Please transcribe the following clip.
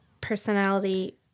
personality